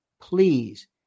please